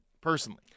personally